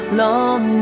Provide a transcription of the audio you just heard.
long